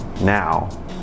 now